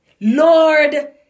Lord